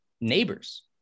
neighbors